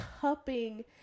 cupping